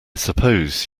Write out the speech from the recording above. suppose